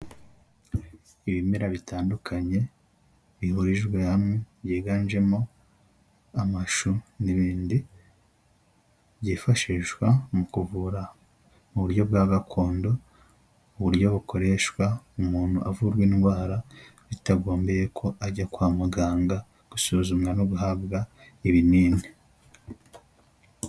Ibimera bitandukanye bihurijwe hamwe byiganjemo amashu n'ibindi, byifashishwa mu kuvura mu buryo bwa gakondo, uburyo bukoreshwa umuntu avurwa indwara bitagombyeye ko ajya kwa muganga gusuzumwa no guhabwa ibinini.